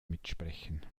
mitsprechen